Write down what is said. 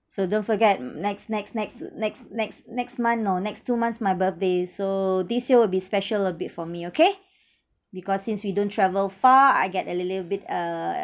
so don't forget next next next next next next month no next two months my birthday so this year will be special a bit for me okay because since we don't travel far I get a little bit uh